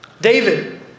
David